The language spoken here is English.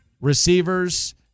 receivers